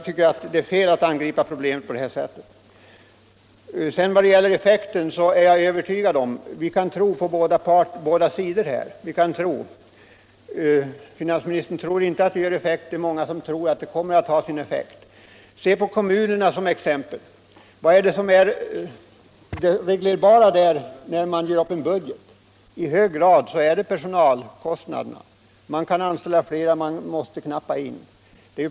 Därför är det fel att angripa problemet på det här sättet som finansministern gjorde i sitt anförande. Vad gäller effekten kan vi ”tro” på båda sidor. Finansministern tror inte att en sänkning av arbetsgivaravgiften får någon effekt, många tror å andra sidan att den kan ha sin effekt. Se på kommunerna — vad är det somi är reglerbart där när man gör upp en budget? Jo, i hög grad är det personalkostnaderna. Man kan anställa flera eller man måste knappa in.